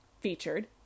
featured